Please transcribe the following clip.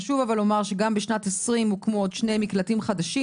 חשוב לי אבל להגיד שגם בשנת 2020 הוקמו עוד שני מקלטים חדשים